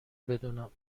بدونم